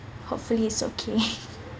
hopefully it's okay